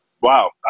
wow